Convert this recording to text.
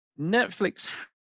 Netflix